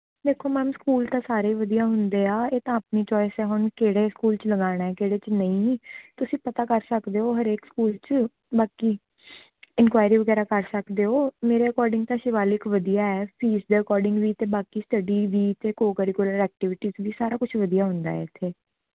ਦੇਖੋ ma'am school ਤਾਂ ਸਾਰੇ ਹੀ ਵਧੀਆ ਹੁੰਦੇ ਆ ਇਹ ਤਾਂ ਆਪਣੀ ਚੋਆਇਸ ਆ ਹੁਣ ਕਿਹੜੇ ਸਕੂਲ 'ਚ ਲਗਾਉਣਾ ਏ ਕਿਹੜੇ 'ਚ ਨਹੀਂ ਤੁਸੀਂ ਪਤਾ ਕਰ ਸਕਦੇ ਹੋ ਹਰੇਕ ਸਕੂਲ 'ਚ ਬਾਕੀ ਇੰਨਕੁਆਰੀ ਵਗੈਰਾ ਕਰ ਸਕਦੇ ਹੋ ਮੇਰੇ ਅਕੋਰਡਿੰਗ ਤਾਂ ਸ਼ਿਵਾਲਿਕ ਵਧੀਆ ਹੈ ਫ਼ੀਸ ਦੇ ਅਕੋਰਡਿੰਗ ਵੀ ਅਤੇ ਬਾਕੀ ਸਟੱਡੀ ਵੀ ਅਤੇ ਕੋ ਕਰਿਕੁਲਰ ਐਕਟੀਵੀਟੀਜ਼ ਵੀ ਸਾਰਾ ਕੁਝ ਵਧੀਆ ਹੁੰਦਾ ਹੈ ਇੱਥੇ